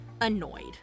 annoyed